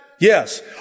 Yes